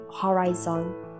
horizon